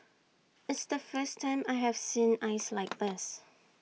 it's the first time I have seen ice like this